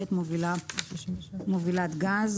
מובילת גז.